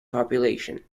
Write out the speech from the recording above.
population